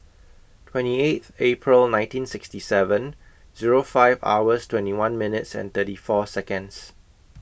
twenty eight April nineteen sixty seven Zero five hours twenty one minutes and thirty four Seconds